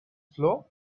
floor